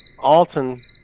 Alton